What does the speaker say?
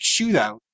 shootout